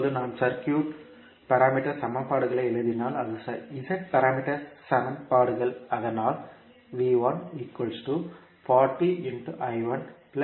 இப்போது நாம் circuit parameter சமன்பாடுகளை எழுதினால் அது Z பாராமீட்டர் சமன்பாடுகள்